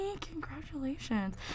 Congratulations